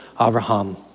Abraham